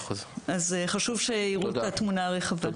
חשוב שיראו את התמונה הרחבה.